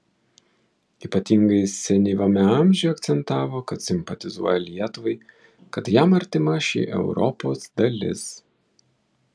ypatingai senyvame amžiuje akcentavo kad simpatizuoja lietuvai kad jam artima šį europos dalis